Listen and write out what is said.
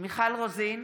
מיכל רוזין,